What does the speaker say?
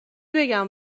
بگم